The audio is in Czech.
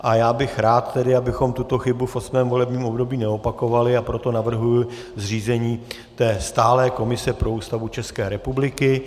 A já bych rád, abychom tuto chybu v osmém volebním období neopakovali, a proto navrhuji zřízení stálé komise pro Ústavu České republiky.